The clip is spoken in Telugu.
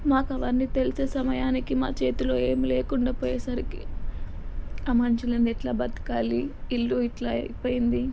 మాకు అవన్నీ తెలిసే సమయానికి మా చేతిలో ఏం లేకుండా పోయేసరికి ఆ మనిషి లేనిది ఎట్లా బ్రతకాలి ఇల్లు ఇట్లా అయిపోయింది